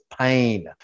pain